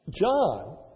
John